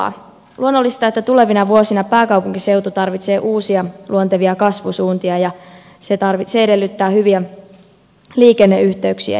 on luonnollista että tulevina vuosina pääkaupunkiseutu tarvitsee uusia luontevia kasvusuuntia ja se edellyttää hyviä liikenneyhteyksiä